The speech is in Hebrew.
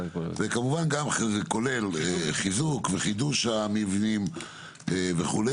כמובן גם זה כולל חיזוק וחידוש המבנים וכו',